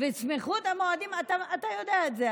סמיכות המועדים, אתה יודע את זה.